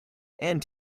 and